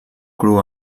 cru